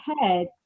head